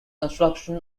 construction